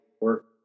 work